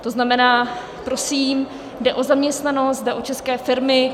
To znamená, prosím, jde o zaměstnanost, jde o české firmy.